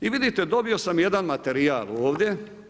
I vidite, dobio sam jedan materijal ovdje.